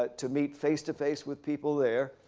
but to meet face-to-face with people there.